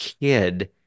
kid